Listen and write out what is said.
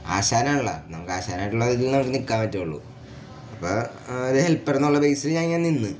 ആശാനാണല്ലോ നമുക്ക് ആശാനായിട്ടുള്ളതിൽ അവിടെ നിൽക്കാൻ പറ്റുള്ളൂ അപ്പോൾ ഒരു ഹെൽപ്പർ എന്നുള്ള ബേസിൽ ഞാൻ ഞാൻ ഇങ്ങനെ നിന്ന് നിന്ന്